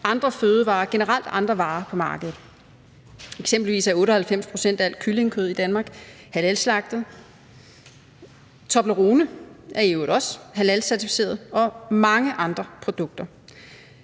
andre fødevarer og generelt andre varer på markedet. Eksempelvis er 98 pct. af alt kyllingekød i Danmark halalslagtet. Toblerone er i øvrigt også halalcertificeret – og mange andre produkter.